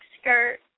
skirt